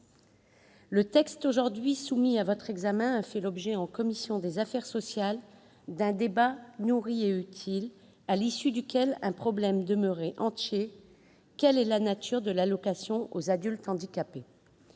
Le texte aujourd'hui soumis à votre examen a fait l'objet en commission des affaires sociales d'un débat nourri et utile, à l'issue duquel un problème demeurait entier : quelle est la nature de l'allocation aux adultes handicapés ?